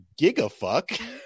Gigafuck